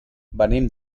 venim